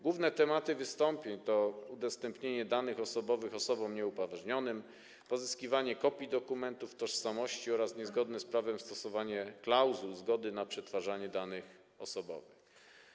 Główne tematy wystąpień to: udostępnienie danych osobowych osobom nieupoważnionym, pozyskiwanie kopii dokumentów tożsamości oraz niezgodne z prawem stosowanie klauzul zgody na przetwarzanie danych osobowych.